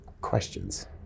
questions